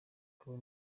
kuba